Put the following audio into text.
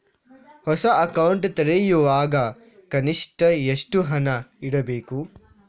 ಹೊಸ ಅಕೌಂಟ್ ತೆರೆಯುವಾಗ ಕನಿಷ್ಠ ಎಷ್ಟು ಹಣ ಇಡಬೇಕು?